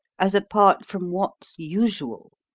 as apart from what's usual.